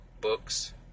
books